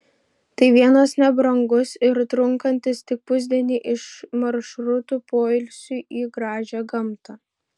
tai vienas nebrangus ir trunkantis tik pusdienį iš maršrutų poilsiui į gražią gamtą